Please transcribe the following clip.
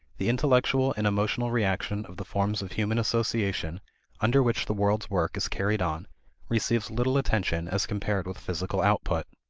the intellectual and emotional reaction of the forms of human association under which the world's work is carried on receives little attention as compared with physical output.